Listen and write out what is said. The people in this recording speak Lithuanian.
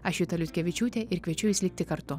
aš juta liutkevičiūtė ir kviečiu jus likti kartu